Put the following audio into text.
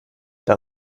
der